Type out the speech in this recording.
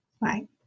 Right